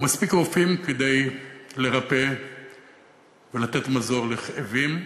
ומספיק רופאים כדי לרפא ולתת מזור לכאבים.